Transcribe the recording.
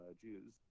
Jews